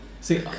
See